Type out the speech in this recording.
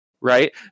Right